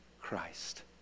Christ